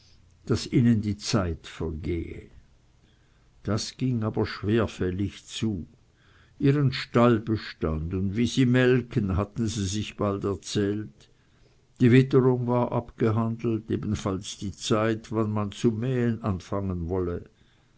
daß ihnen die zeit vergehe das ging aber schwerfällig zu ihren stallbestand und wie sie melken hatten sie sich bald erzählt die witterung war abgehandelt ebenfalls die zeit wenn man zu mähen anfangen wolle